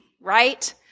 right